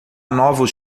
novos